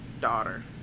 daughter